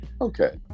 Okay